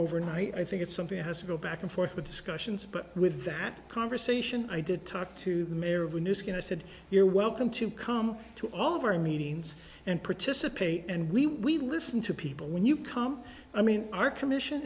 overnight i think it's something has to go back and forth with discussions but with that conversation i did talk to the mayor of a new skin i said you're welcome to come to all of our meetings and participate and we listen to people when you come i mean our commission